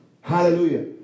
Hallelujah